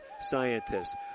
scientists